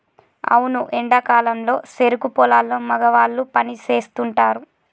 అవును ఎండా కాలంలో సెరుకు పొలాల్లో మగవాళ్ళు పని సేస్తుంటారు